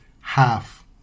half